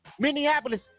Minneapolis